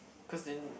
cause then